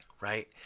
right